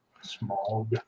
smog